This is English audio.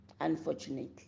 unfortunately